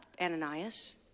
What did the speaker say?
Ananias